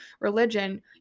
religion